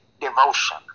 devotion